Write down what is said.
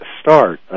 start